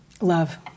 Love